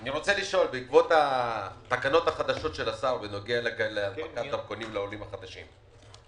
בעקבות התקנות החדשות של השר בנוגע להנפקת דרכונים לעולים החדשים,